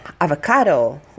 avocado